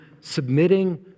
submitting